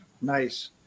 Nice